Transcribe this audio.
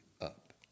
up